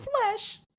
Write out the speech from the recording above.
flesh